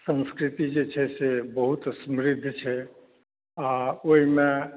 संस्कृति जे छै से बहुत समृद्ध छै आ ओहिमे